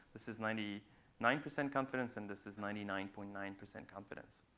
this is ninety nine percent confidence. and this is ninety nine point nine percent confidence.